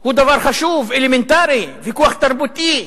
הוא דבר חשוב ואלמנטרי, ויכוח תרבותי.